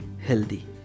healthy